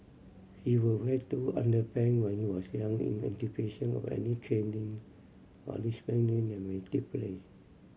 he would wear two underpant when he was young in anticipation of any caning or disciplining that may take place